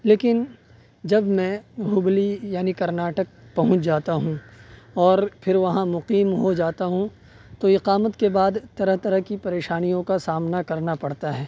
لیکن جب میں ہبلی یعنی کرناٹک پہنچ جاتا ہوں اور پھر وہاں مقیم ہو جاتا ہوں تو اقامت کے بعد طرح طرح کی پریشانیوں کا سامنا کرنا پڑتا ہے